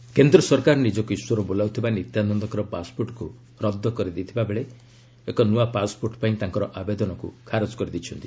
MEA Nithyananda କେନ୍ଦ୍ର ସରକାର ନିଜକୁ ଇଶ୍ୱର ବୋଲାଉଥିବା ନିତ୍ୟାନନ୍ଦଙ୍କର ପାସପୋର୍ଟକୁ ରଦ୍ଦ କରିଥିବାବେଳେ ଏକ ନୂଆ ପାସ୍ପୋର୍ଟ ପାଇଁ ତାଙ୍କର ଆବେଦନକୁ ଖାରଜ କରିଦେଇଛନ୍ତି